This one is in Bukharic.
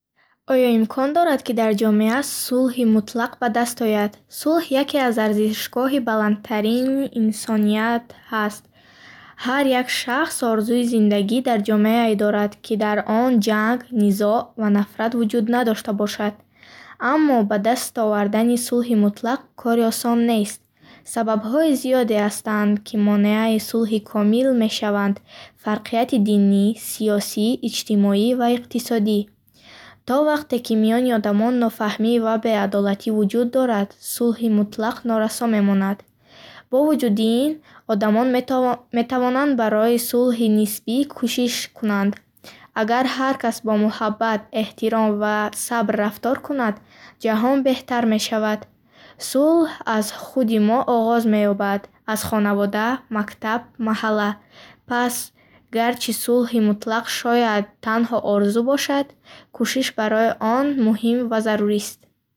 Оё имкон дорад, ки дар ҷомеа сулҳи мутлақ ба даст ояд? Сулҳ яке аз арзишгоҳи баландтарини инсоният ҳаст. Ҳар як шахс орзуи зиндагӣ дар ҷомеае дорад, ки дар он ҷанг, низоъ ва нафрат вуҷуд надошта бошад. Аммо, ба даст овардани сулҳи мутлақ кори осон нест. Сабабҳои зиёде ҳастанд, ки монеаи сулҳи комил мешаванд: фарқияти динӣ, сиёсӣ, иҷтимоӣ ва иқтисодӣ. То вақте ки миёни одамон нофаҳмӣ ва беадолатӣ вуҷуд дорад, сулҳи мутлақ норасо мемонад. Бо вуҷуди ин, одамон метовон метавонанд барои сулҳи нисбӣ кӯшиш кунанд. Агар ҳар кас бо муҳаббат, эҳтиром ва сабр рафтор кунад, ҷаҳон беҳтар мешавад. Сулҳ аз худи мо оғоз меёбад. Аз хонавода, мактаб, маҳалла. Пас, гарчи сулҳи мутлақ шояд танҳо орзу бошад, кӯшиш барои он муҳим ва зарурист.